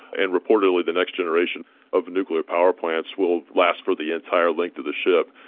and reportedly the next generation of nuclear power plants will last for the entire length of the ship.